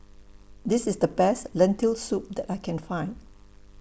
This IS The Best Lentil Soup that I Can Find